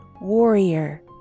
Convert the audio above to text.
warrior